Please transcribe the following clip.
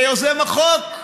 כיוזם החוק.